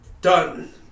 Done